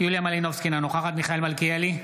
יוליה מלינובסקי, אינה נוכחת מיכאל מלכיאלי,